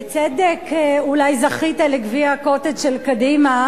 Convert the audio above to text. בצדק אולי זכית לגביע ה"קוטג'" של קדימה,